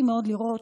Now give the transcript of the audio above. אדוני היושב-ראש,